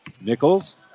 Nichols